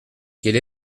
quelle